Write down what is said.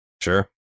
sure